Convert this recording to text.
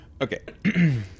Okay